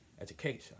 Education